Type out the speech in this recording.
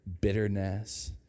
bitterness